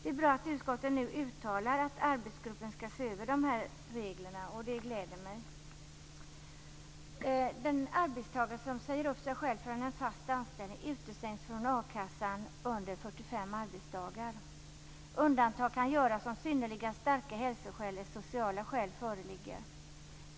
Det är bra att utskottet nu uttalar att arbetsgruppen skall se över de här reglerna; det gläder mig. arbetsdagar. Undantag kan göras om synnerligen starka hälsoskäl eller sociala skäl föreligger.